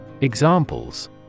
Examples